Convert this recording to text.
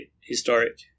historic